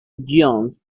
jones